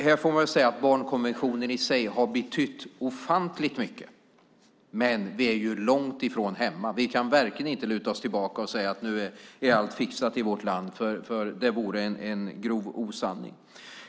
Här får man säga att barnkonventionen i sig har betytt ofantligt mycket, men vi är ju långt ifrån hemma. Vi kan verkligen inte luta oss tillbaka och säga att nu är allt fixat i vårt land. Det vore en grov osanning.